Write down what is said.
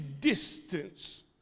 distance